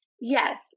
Yes